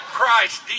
Christ